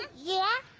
yeah.